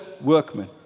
workmen